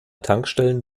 tankstellen